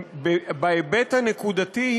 בהיבט הנקודתי,